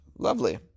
Lovely